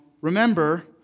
remember